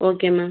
okay ma'am